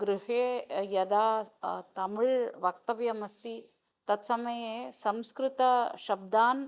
गृहे यदा तमिळ् वक्तव्यमस्ति तत्समये संस्कृत शब्दान्